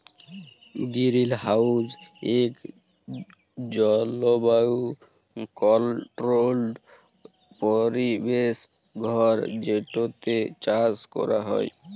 greenhouse ইকট জলবায়ু controlled পরিবেশ ঘর যেটতে চাষ ক্যরা হ্যয়